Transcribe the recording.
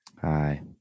Hi